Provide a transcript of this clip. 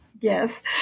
Yes